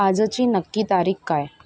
आजची नक्की तारीख काय